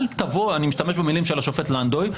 ואני משתמש במילים של השופט לנדוי,